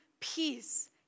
peace